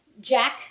Jack